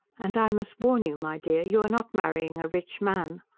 and i must warn you, my dear, you are not marrying a rich man.